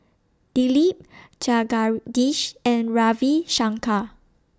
Dilip Jagadish and Ravi Shankar